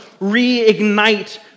reignite